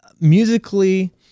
Musically